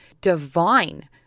divine